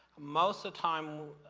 most of time,